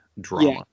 drama